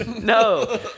No